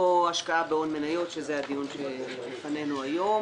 או השקעה בהון מניות, שזה הדיון שלפנינו היום,